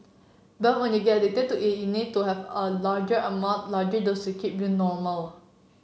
but when you get addicted to it you need to have a larger amount larger dose to keep you normal